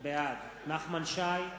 בעד נחמן שי,